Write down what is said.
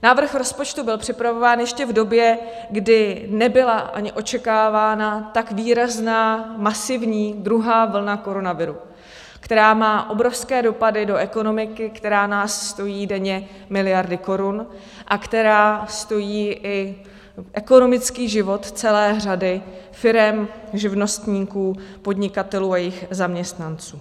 Návrh rozpočtu byl připravován ještě v době, kdy nebyla ani očekávána tak výrazná, masivní druhá vlna koronaviru, která má obrovské dopady do ekonomiky, která nás stojí denně miliardy korun a která stojí i ekonomický život celé řady firem, živnostníků, podnikatelů a jejich zaměstnanců.